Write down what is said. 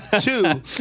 Two